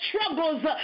struggles